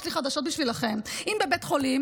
יש לי חדשות בשבילכם: אם בבית חולים